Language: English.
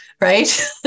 right